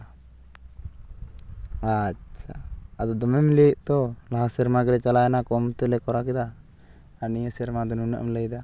ᱟᱪᱪᱷᱟ ᱟᱫᱚ ᱫᱚᱢᱮᱢ ᱞᱟᱹᱭᱮᱫ ᱫᱚ ᱞᱟᱦᱟ ᱥᱮᱨᱢᱟ ᱜᱮᱞᱮ ᱪᱟᱞᱟᱣᱮᱱᱟ ᱠᱚᱢ ᱛᱮᱞᱮ ᱠᱚᱨᱟᱣ ᱠᱮᱫᱟ ᱟᱨ ᱱᱤᱭᱟᱹ ᱥᱮᱨᱢᱟ ᱫᱚ ᱱᱩᱱᱟᱹᱜ ᱮᱢ ᱞᱟᱹᱭᱮᱫᱟ